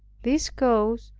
this cause,